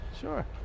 sure